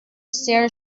sehr